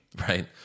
Right